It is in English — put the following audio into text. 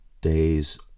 days